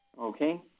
Okay